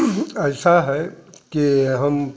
ऐसा है कि हम